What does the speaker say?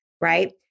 right